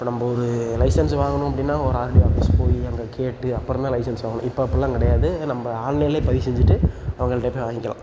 இப்போ நம்ம ஒரு லைசென்ஸ் வாங்கணும் அப்படின்னா ஒரு ஆர்டிஓ ஆஃபீஸ் போய் அங்கே கேட்டு அப்புறம் தான் லைசென்ஸ் வாங்கணும் இப்போ அப்புடில்லாம் கிடையாது நம்ம ஆன்லைனிலே பதிவுச் செஞ்சுட்டு அவங்கள்கிட்டே போய் வாங்கிக்கலாம்